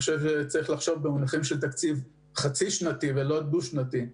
צריך לחשוב במונחים של תקצבי חצי שנתי ולא במונחים של תקציב ד-שנתי.